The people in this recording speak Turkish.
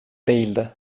değildi